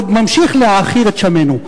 עוד ממשיך להעכיר את שמינו.